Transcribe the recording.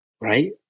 right